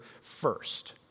first